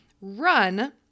run